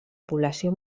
població